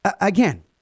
again